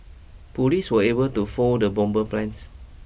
police were able to foil the bomber plans